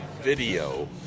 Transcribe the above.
video